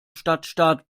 stadtstaat